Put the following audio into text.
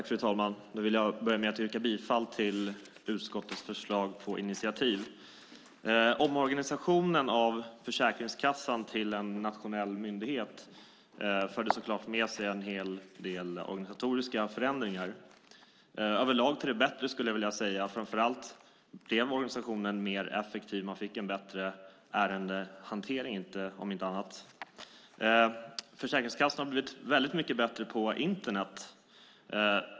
Fru talman! Jag vill börja med att yrka bifall till utskottets förslag till initiativ. Omorganisationen av Försäkringskassan till en nationell myndighet förde så klart med sig en hel del organisatoriska förändringar, överlag till det bättre, skulle jag vilja säga. Framför allt blev organisationen mer effektiv, man fick en bättre ärendehantering, om inte annat. Försäkringskassan har blivit mycket bättre på Internet.